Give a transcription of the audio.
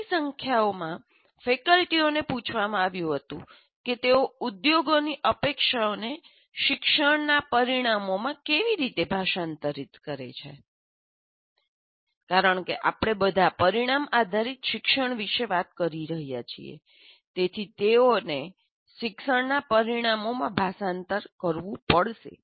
મોટી સંખ્યામાં ફેકલ્ટીઓને પૂછવામાં આવ્યું હતું કે તેઓ ઉદ્યોગોની અપેક્ષાઓને શિક્ષણના પરિણામોમાં કેવી રીતે ભાષાંતરિત કરે છે કારણ કે આપણે બધા પરિણામ આધારિત શિક્ષણ વિશે વાત કરી રહ્યા છીએ તેથી તેઓને શિક્ષણના પરિણામોમાં ભાષાંતર કરવું પડશે